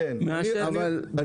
הפריון הוא פי שלושה מאשר בישראל.